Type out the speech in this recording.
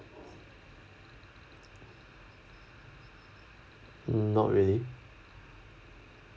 not really